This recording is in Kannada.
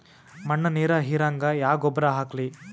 ಮಣ್ಣ ನೀರ ಹೀರಂಗ ಯಾ ಗೊಬ್ಬರ ಹಾಕ್ಲಿ?